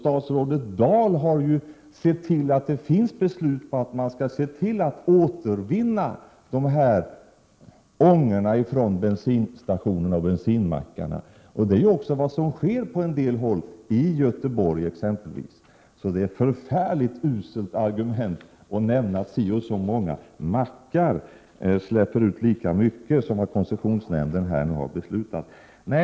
Statsrådet Dahl har ju sett till att det finns beslut om att man skall återvinna ångorna från bensinmackarna. Det är ju också vad som sker på en del håll, exempelvis i Göteborg. Det är alltså ett förfärligt uselt argument att säga att så och så många mackar släpper ut lika mycket som vad koncessionsnämnden här har beslutat om.